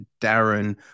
Darren